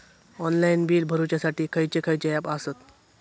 Online bill भरुच्यासाठी खयचे खयचे ऍप आसत?